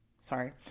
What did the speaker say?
sorry